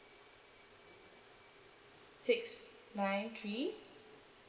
six nine three